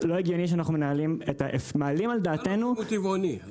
שיאמר שהוא טבעוני,